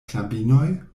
knabinoj